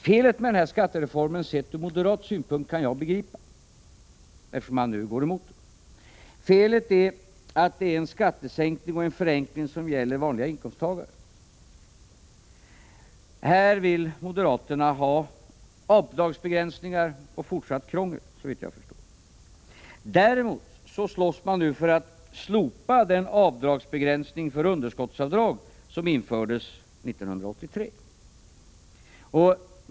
Felet med den här skattereformen, sedd ur moderat synpunkt, kan jag begripa — och man går nu emot den. Felet är att det är fråga om en skattesänkning och en förenkling som gäller vanliga inkomsttagare. Här vill moderaterna ha avdragsbegränsningar och fortsatt krångel, såvitt jag förstår. Däremot slåss man nu för att slopa den avdragsbegränsning för underskottsavdrag som infördes 1983.